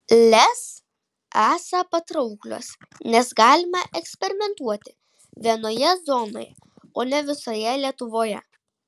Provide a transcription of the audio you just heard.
lez esą patrauklios nes galima eksperimentuoti vienoje zonoje o ne visoje lietuvoje